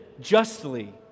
justly